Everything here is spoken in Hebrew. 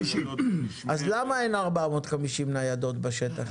450. אז למה אין 450 ניידות בשטח?